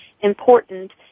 important